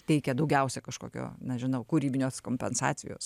teikia daugiausia kažkokio nežinau kūrybinės kompensacijos